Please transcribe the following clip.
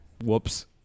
whoops